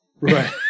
Right